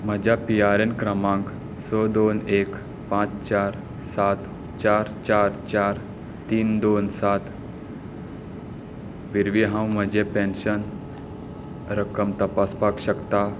म्हज्या P R A N क्रमांक स दोन एक पांच चार सात चार चार चार तीन दोन सात वेरवीं हांव म्हजें पेन्शन रक्कम तपासपाक शकतां